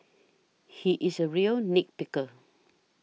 he is a real nit picker